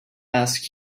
ask